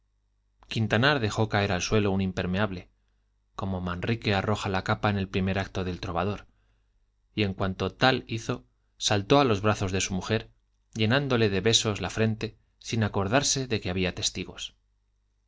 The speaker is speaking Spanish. quintanar dejó caer al suelo un impermeable como manrique arroja la capa en el primer acto del trovador y en cuanto tal hizo saltó a los brazos de su mujer llenándole de besos la frente sin acordarse de que había testigos ay